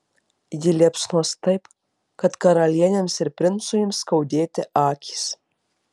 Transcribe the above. ji liepsnos taip kad karalienėms ir princui ims skaudėti akys